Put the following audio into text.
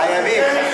רק שנייה.